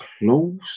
close